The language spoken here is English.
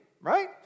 right